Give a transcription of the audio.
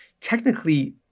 technically